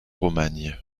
romagne